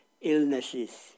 illnesses